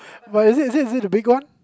but is it is it is it the big one